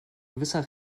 gewisser